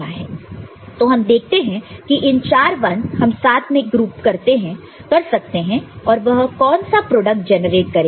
तो हम देखते हैं कि इन चार 1's हम साथ में ग्रुप कर सकते हैं और वह कौन सा प्रोडक्ट जेनरेट करेगा